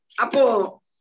Apo